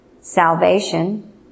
salvation